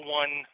one